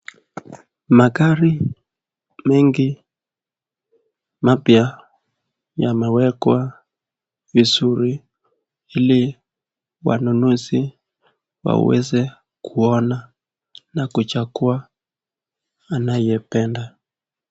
Magari mengi mapya yamewekwa vizuri ili wanunuzi waweze kuona na kuchagua anayependa.